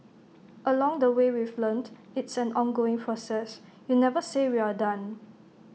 along the way we've learnt it's an ongoing process you never say we're done